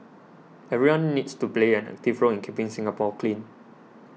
everyone needs to play an active role in keeping Singapore clean